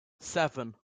seven